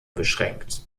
beschränkt